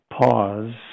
pause